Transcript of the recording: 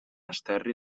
esterri